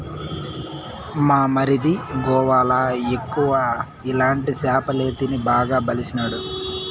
మా మరిది గోవాల ఎక్కువ ఇలాంటి సేపలే తిని బాగా బలిసినాడు